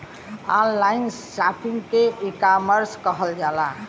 online shopping के ecommerce कहल जाला